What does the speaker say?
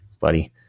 buddy